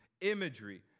imagery